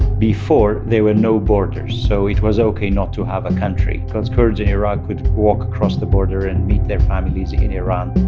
before, there were no borders, so it was ok not to have a country cause kurds in iraq would walk across the border and meet their families in iran.